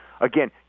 again